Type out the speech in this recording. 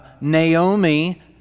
Naomi